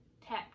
tap